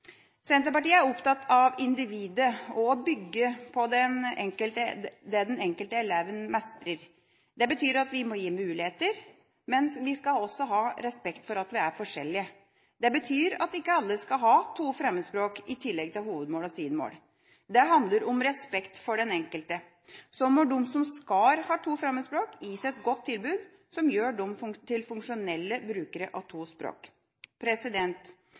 Senterpartiet er opptatt av individet og å bygge på det den enkelte eleven mestrer. Det betyr at vi må gi muligheter, men vi skal også ha respekt for at vi er forskjellige. Det betyr at ikke alle skal ha to fremmedspråk i tillegg til hovedmål og sidemål. Det handler om respekt for den enkelte. Så må de som skal ha to fremmedspråk, gis et godt tilbud som gjør dem til funksjonelle brukere av to språk.